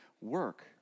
work